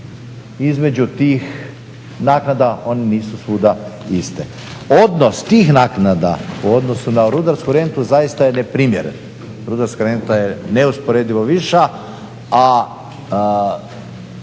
između tih naknada. One nisu svuda iste. Odnos tih naknada u odnosu na rudarsku rentu zaista je neprimjereno. Rudarska renta je neusporedivo viša, a